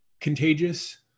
contagious